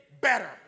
better